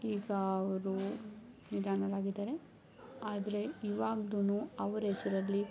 ಈಗ ಅವರು ನಿಧನರಾಗಿದ್ದಾರೆ ಆದರೆ ಈವಾಗ್ಲೂ ಅವ್ರ ಹೆಸ್ರಲ್ಲಿ